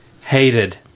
hated